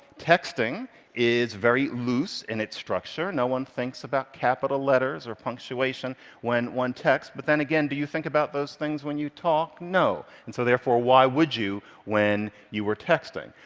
texting is very loose in its structure. no one thinks about capital letters or punctuation when one texts, but then again, do you think about those things when you talk? no, and so therefore why would you when you were texting?